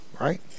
Right